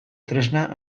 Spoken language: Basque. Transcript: tresna